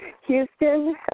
Houston